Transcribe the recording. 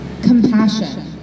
Compassion